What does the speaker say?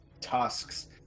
tusks